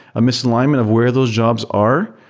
a misalignment of where those jobs are.